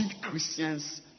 Christians